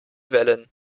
wellen